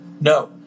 No